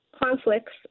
Conflicts